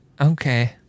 okay